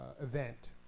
event